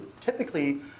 Typically